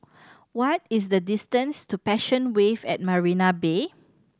what is the distance to Passion Wave at Marina Bay